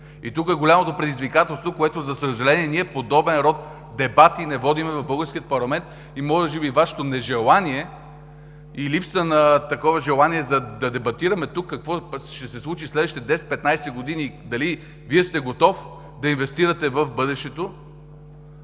Тук е голямото предизвикателство, но за съжаление, ние подобен род дебати не водим в българския парламент. Може би Вашето нежелание и липсата на такова желание да дебатираме какво ще се случи в следващите 10 – 15 години, и дали Вие сте готов да инвестирате в бъдещето,